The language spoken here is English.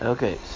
Okay